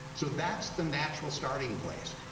so that's the natural starting place.